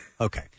Okay